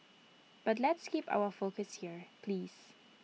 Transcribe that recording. but let's keep our focus here please